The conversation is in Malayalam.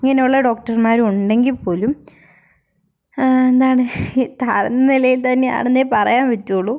ഇങ്ങനയുള്ള ഡോക്ടർമാരും ഉണ്ടെങ്കിൽ പോലും എന്താണ് ഇത് താഴ്ന്ന നിലയിൽ തന്നെയാണെന്നേ പറയാൻ പറ്റുള്ളൂ